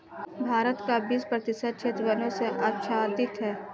भारत का बीस प्रतिशत क्षेत्र वनों से आच्छादित है